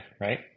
right